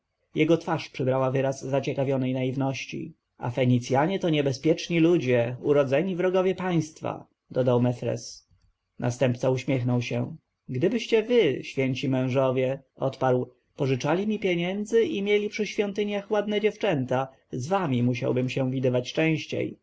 jego twarz przybrała wyraz zaciekawionej naiwności a fenicjanie to niebezpieczni ludzie urodzeni wrogowie państwa dodał mefres następca uśmiechnął się gdybyście wy święci mężowie odparł pożyczali mi pieniędzy i mieli przy świątyniach ładne dziewczęta z wami musiałbym się widywać częściej